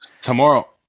Tomorrow